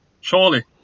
Surely